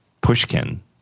Pushkin